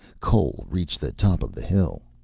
cole reached the top of the hill.